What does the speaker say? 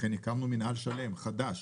לכן הקמנו מינהל שלם, חדש,